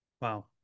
Wow